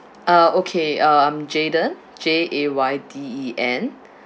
ah okay uh I'm jayden J A Y D E N